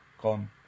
gone